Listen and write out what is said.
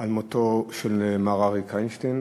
על מותו של מר אריק איינשטיין,